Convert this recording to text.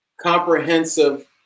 comprehensive